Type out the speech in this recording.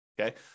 okay